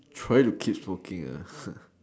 trying to keep smoking